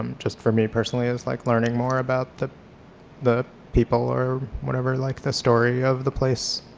um just for me personally, is like learning more about the the people or whatever like the story of the place.